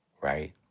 right